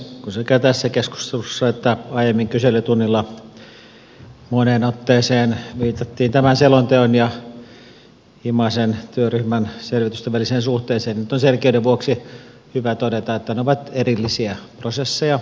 kun sekä tässä keskustelussa että aiemmin kyselytunnilla moneen otteeseen viitattiin tämän selonteon ja himasen työryhmän selvitysten väliseen suhteeseen nyt on selkeyden vuoksi hyvä todeta että ne ovat erillisiä prosesseja